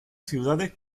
ciudades